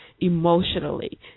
emotionally